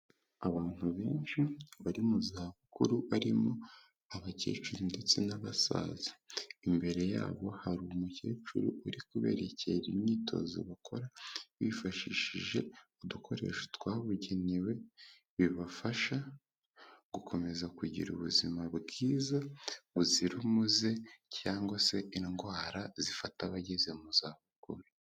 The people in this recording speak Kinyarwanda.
Abantu benshi bari mu za bukuru barimo abakecuru ndetse n'abasaza. Imbere yabo hari umukecuru uri kuberekera imyitozo bakora bifashishije udukoresho twabugenewe, bibafasha gukomeza kugira ubuzima bwiza buzira umuze cyangwa se indwara zifata abageze mu za bukuru.